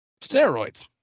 steroids